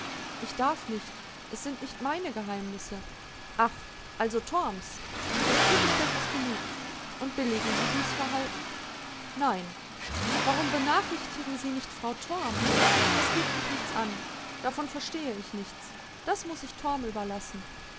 ich darf nicht es sind nicht meine geheimnisse ach also torms das zugeständnis genügt und billigen sie dies verhalten nein warum benachrichtigen sie nicht frau torm das geht mich nichts an davon verstehe ich nichts das muß ich torm überlassen